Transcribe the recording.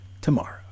tomorrow